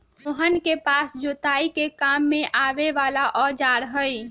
मोहन के पास जोताई के काम में आवे वाला औजार हई